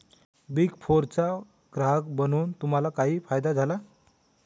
Big फोरचा ग्राहक बनून तुम्हाला काही फायदा झाला?